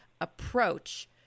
approach